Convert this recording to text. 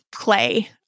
play